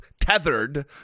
tethered